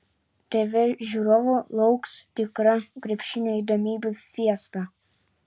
tv žiūrovų lauks tikra krepšinio įdomybių fiesta